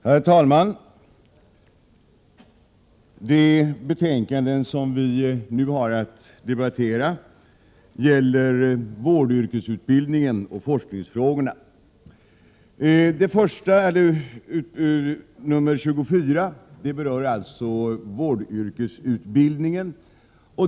Herr talman! De betänkanden som vi nu har att debattera gäller vårdyrkesutbildningen och forskningsfrågorna. Betänkande 24 berör alltså vårdyrkesutbildningen.